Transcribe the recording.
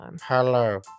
hello